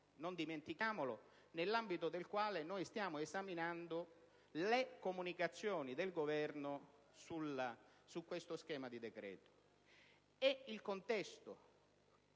non dimentichiamolo - nell'ambito del quale stiamo esaminando le comunicazioni del Governo su questo schema di decreto. Il contesto